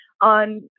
on